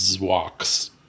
walks